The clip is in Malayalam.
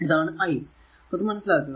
ഇതാണ് i അത് മനസിലാക്കുക